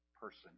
person